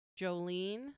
Jolene